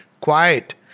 quiet